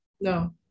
No